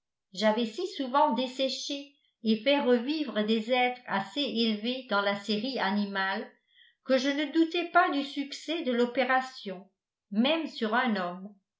j'avais si souvent desséché et fait revivre des êtres assez élevés dans la série animale que je ne doutais pas du succès de l'opération même sur un homme